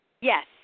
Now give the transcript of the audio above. Yes